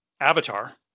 avatar